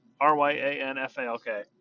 R-Y-A-N-F-A-L-K